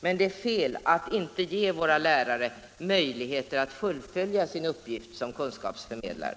Men det är fel att inte ge våra lärare möjligheter att fullfölja sin uppgift som kunskapsförmedlare.